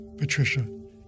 Patricia